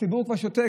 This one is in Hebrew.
הציבור כבר שותק,